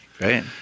Right